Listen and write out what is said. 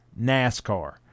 NASCAR